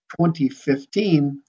2015